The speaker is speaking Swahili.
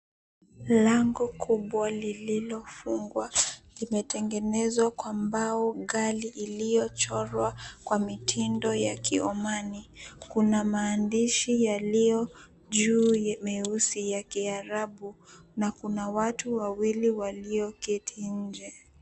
Lango kubwa lililofungwa, limetengenezwa kwa mbao ghali iliyochongwa kwa mitindo ya Kiomani. Kuna maandishi yaliyo juu meusi ya Kiarabu na kuna watu wawili walioketi nje.